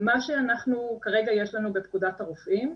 מה שכרגע יש לנו בפקודת הרופאים,